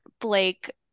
Blake